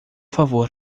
favor